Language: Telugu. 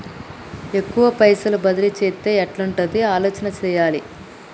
ఎక్కువ పైసలు బదిలీ చేత్తే ఎట్లాంటి ఆలోచన సేయాలి?